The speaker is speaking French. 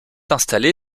installé